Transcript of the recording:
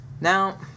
Now